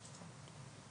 הישיבה ננעלה בשעה 10:58.